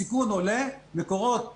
סיכון עולה, מקורות מצטמצמים,